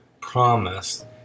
promised